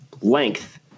length